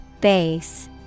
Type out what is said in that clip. Base